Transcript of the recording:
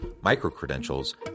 micro-credentials